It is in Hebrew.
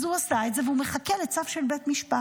אז הוא עשה את זה, והוא מחכה לצו של בית משפט.